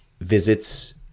visits